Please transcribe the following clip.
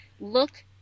look